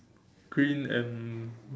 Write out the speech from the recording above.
green and